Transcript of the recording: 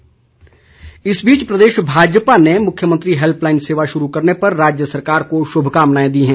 सत्ती इस बीच प्रदेश भाजपा ने मुख्यमंत्री हैल्पलाईन सेवा शुरू करने पर राज्य सरकार को शुभकामनाएं दी हैं